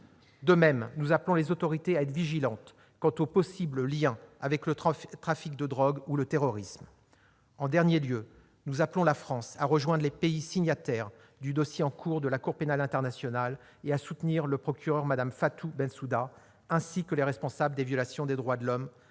De même, nous appelons les autorités à être vigilantes quant aux possibles liens avec le trafic de drogue ou le terrorisme. En dernier lieu, nous appelons la France à rejoindre les pays signataires du dossier en cours devant la Cour pénale internationale et à soutenir son procureur, Mme Fatou Bensouda, afin que les responsables des violations des droits de l'homme